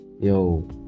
yo